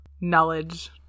knowledge